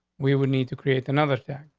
we would need to create another tack.